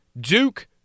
Duke